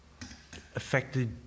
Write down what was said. affected